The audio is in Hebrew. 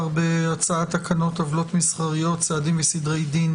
בהצעת תקנות עוולות מסחריות (סעדים וסדרי דין)